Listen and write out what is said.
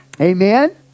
Amen